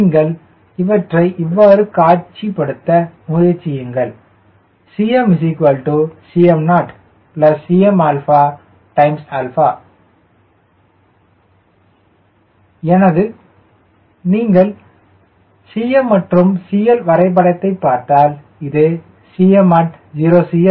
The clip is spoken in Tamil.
நீங்கள் இவற்றை இவ்வாறு காட்சிப்படுத்த முயற்சியுங்கள் Cm Cm0 Cm எனது நீங்கள் Cm மற்றும் CLவரைபடத்தை பார்த்தால் இது at CL 0 0